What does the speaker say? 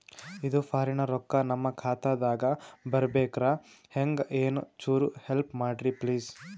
ಇದು ಫಾರಿನ ರೊಕ್ಕ ನಮ್ಮ ಖಾತಾ ದಾಗ ಬರಬೆಕ್ರ, ಹೆಂಗ ಏನು ಚುರು ಹೆಲ್ಪ ಮಾಡ್ರಿ ಪ್ಲಿಸ?